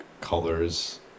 colors